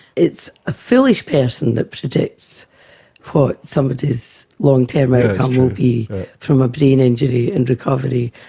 it's a foolish person that predicts what somebody's long term outcome will be from a brain injury and recovery,